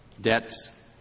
debts